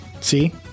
See